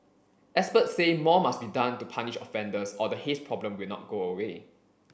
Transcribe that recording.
experts say more must be done to punish offenders or the haze problem will not go away